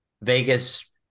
Vegas